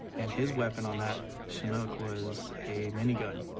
and his weapon on that chinook was a mini gun,